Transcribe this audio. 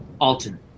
Alton